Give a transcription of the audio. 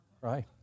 Right